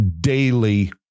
daily